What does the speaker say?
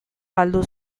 galdu